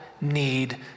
need